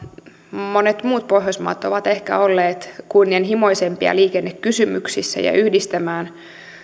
monet muut pohjoismaat ovat ehkä olleet kunnianhimoisempia liikennekysymyksissä ja yhdistämään